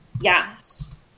Yes